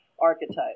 Archetype